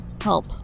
help